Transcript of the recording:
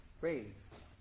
raised